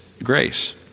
grace